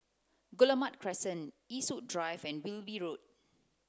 Guillemard Crescent Eastwood Drive and Wilby Road